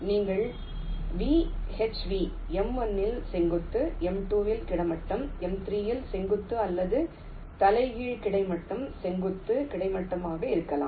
நீங்கள் VHV m1 இல் செங்குத்து m2 இல் கிடைமட்டம் m3 இல் செங்குத்து அல்லது தலைகீழ் கிடைமட்ட செங்குத்து கிடைமட்டமாக இருக்கலாம்